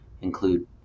include